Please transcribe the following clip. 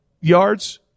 yards